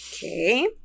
Okay